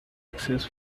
access